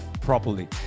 properly